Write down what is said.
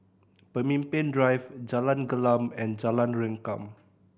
Pemimpin Drive Jalan Gelam and Jalan Rengkam